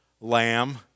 lamb